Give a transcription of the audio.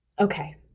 Okay